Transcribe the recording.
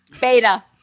Beta